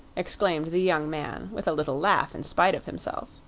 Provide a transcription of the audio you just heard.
exclaimed the young man with a little laugh, in spite of himself.